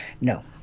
No